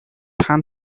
хана